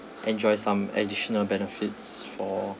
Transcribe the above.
enjoy some additional benefits for